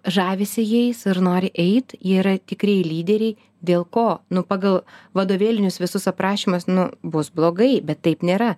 žavisi jais ir nori eit jie yra tikrieji lyderiai dėl ko nu pagal vadovėlinius visus aprašymus nu bus blogai bet taip nėra